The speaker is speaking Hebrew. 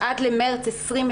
מספיק.